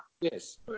Yes